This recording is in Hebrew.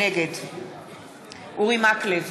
נגד אורי מקלב,